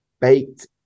baked